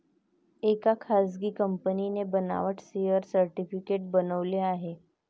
एका खासगी कंपनीने बनावट शेअर सर्टिफिकेट बनवले आहे